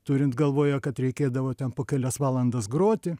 turint galvoje kad reikėdavo ten po kelias valandas groti